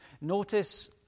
Notice